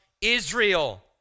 Israel